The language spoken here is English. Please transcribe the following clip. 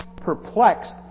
perplexed